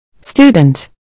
Student